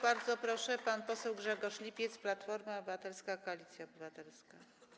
Bardzo proszę, pan poseł Grzegorz Lipiec, Platforma Obywatelska - Koalicja Obywatelska.